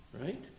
Right